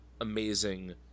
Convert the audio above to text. amazing